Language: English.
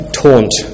taunt